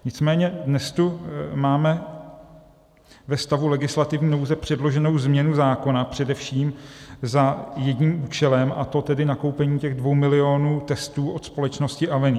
Nicméně dnes tu máme ve stavu legislativní nouze předloženou změnu zákona především za jedním účelem, a to nakoupení dva milionů testů od společnosti Avenier.